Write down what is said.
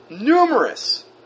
numerous